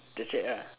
just check ah